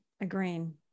agreeing